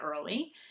early